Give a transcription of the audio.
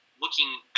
looking